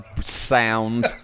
sound